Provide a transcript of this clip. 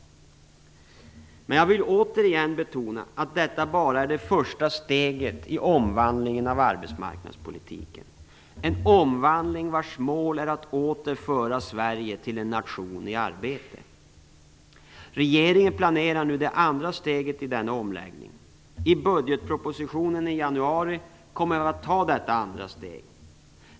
Men jag vill återigen betona att detta bara är det första steget i omvandlingen av arbetsmarknadspolitiken, en omvandling vars mål är att åter föra Sverige till en nation i arbete. Regeringen planerar nu det andra steget i den omläggningen. I budgetpropositionen i januari kommer vi att ta detta andra steg.